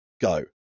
go